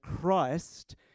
christ